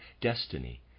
destiny